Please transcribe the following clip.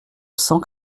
cent